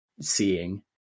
seeing